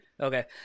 Okay